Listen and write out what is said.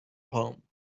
home